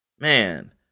Man